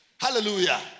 Hallelujah